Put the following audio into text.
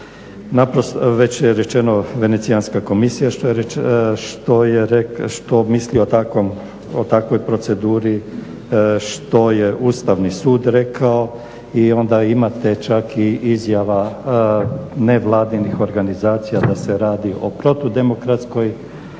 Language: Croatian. sadržaja. Već je rečeno, Venecijanska komisija što misli o takvoj proceduri, što je Ustavni sud rekao i onda imate čak i izjava nevladinih organizacija da se radi o protudemokratskoj